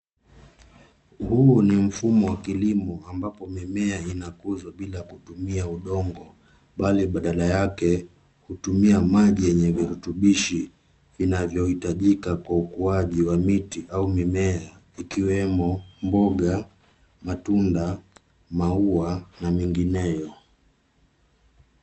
Huu ni mfumo wa kilimo ambapo mimea inakuzwa bila kutumia udongo bali badala yake kutumia maji yenye virutubishi, vinavyohitajika kwa ukuaji wa miti au mimea ikiwemo mboga, matunda, maua na mengineyo.